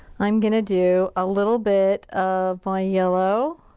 i'm gonna do a little bit of my yellow